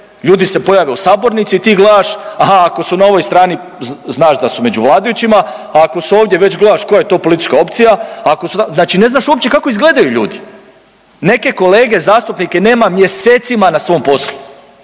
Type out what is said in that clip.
ljudi se pojave u sabornici i ti gledaš, aha ako su na ovoj strani znaš da su među vladajućima, a ako su ovdje već gledaš koja je to politička opcija, a ako su, znači ne znaš uopće kako izgledaju ljudi. Neke kolege zastupnike nema mjesecima na svom poslu,